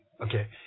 Okay